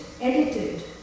edited